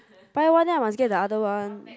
buy one then I must get the other one